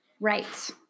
Right